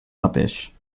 uppish